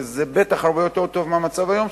וזה בטח הרבה יותר מהמצב היום,